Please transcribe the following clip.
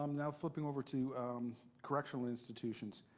um yeah flipping over to correctional institutions.